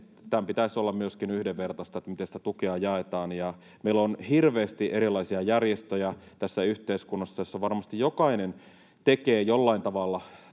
Tämän pitäisi olla myöskin yhdenvertaista, miten sitä tukea jaetaan. Meillä on hirveästi erilaisia järjestöjä tässä yhteiskunnassa, joista varmasti jokainen tekee jollain tavalla